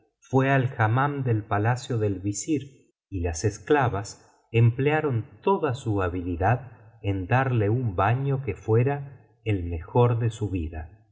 fué al hammam del palacio del visir y las esclavas emplearon toda su habilidad en darle un baño que fuera el mejor de su vida